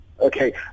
Okay